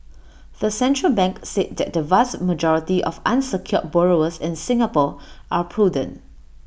the central bank said that the vast majority of unsecured borrowers in Singapore are prudent